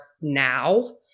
now